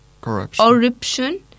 corruption